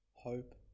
hope